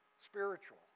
spiritual